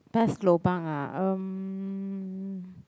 best lobang ah um